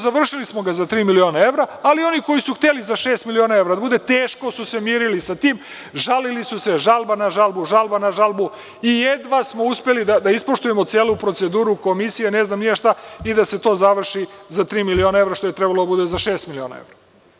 Završili smo ga za tri miliona evra, ali oni koji su hteli za šest miliona evra da bude, teško su se mirili sa tim, žalili su se, žalba na žalbu, žalba na žalbu i jedva smo uspeli da ispoštujemo celu proceduru komisije, ne znam ni ja šta i da se to završi za tri miliona evra, što je trebalo da bude za šest miliona evra.